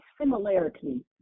similarity